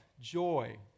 joy